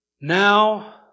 Now